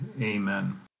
amen